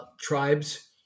tribes